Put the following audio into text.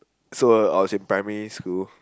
so I was in primary school